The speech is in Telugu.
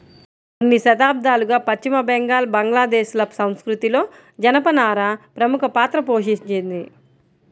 కొన్ని శతాబ్దాలుగా పశ్చిమ బెంగాల్, బంగ్లాదేశ్ ల సంస్కృతిలో జనపనార ప్రముఖ పాత్ర పోషించింది